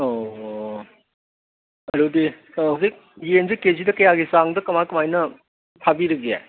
ꯑꯣ ꯑꯗꯨꯗꯤ ꯍꯧꯖꯤꯛ ꯌꯦꯟꯁꯤ ꯀꯦ ꯖꯤꯒꯤ ꯆꯥꯡꯗ ꯀꯃꯥꯏ ꯀꯃꯥꯏꯅ ꯊꯥꯕꯤꯔꯤꯒꯦ